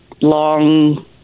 long